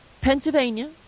Pennsylvania